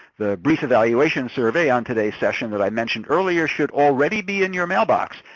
the brief evaluation survey on today's session that i mentioned earlier should already be in your mailbox.